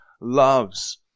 loves